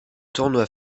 tournoi